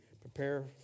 prepare